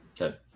Okay